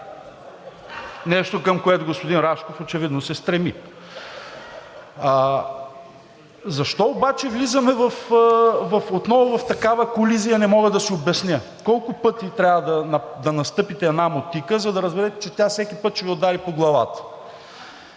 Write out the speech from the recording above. нещо към което господин Рашков очевидно се стреми. Защо обаче влизаме отново в такава колизия, не мога да си обясня? Колко пъти трябва да настъпите една мотика, за да разберете, че тя всеки път ще Ви удари по главата.